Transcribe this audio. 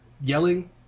yelling